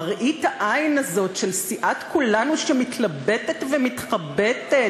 מראית העין הזאת של סיעת כולנו, שמתלבטת ומתחבטת.